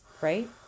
Right